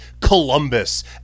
Columbus